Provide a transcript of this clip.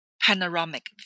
panoramic